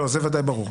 זה ודאי ברור.